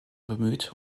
bemüht